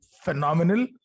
phenomenal